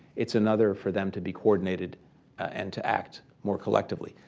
it's another for them to be coordinated and to act more collectively.